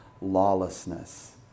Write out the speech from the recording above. lawlessness